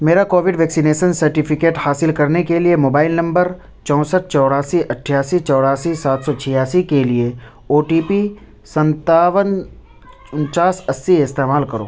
میرا Covid vaccination certificate حاصل کرنے کے لیے موبائل نمبر چونسٹھ چوراسی اٹھاسی چوراسی سات سو چھیاسی کے لیے او ٹی پی ستاون اننچاس اسّی استعمال کرو